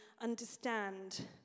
understand